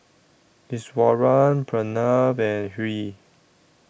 Iswaran Pranav and Hri